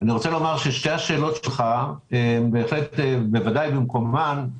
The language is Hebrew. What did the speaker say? שתי השאלות שלך הן בוודאי במקומן.